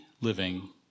living